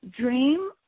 Dream